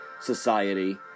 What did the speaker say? society